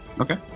Okay